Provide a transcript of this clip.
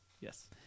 Yes